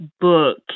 book